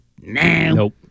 nope